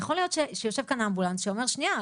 יכול להיות שיושב כאן אמבולנס שאומר שנייה,